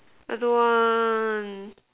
I don't want